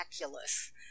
miraculous